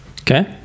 Okay